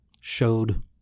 showed